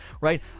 right